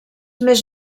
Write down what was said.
més